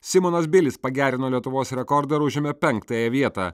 simonas bilis pagerino lietuvos rekordą ir užėmė penktąją vietą